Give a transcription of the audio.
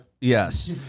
Yes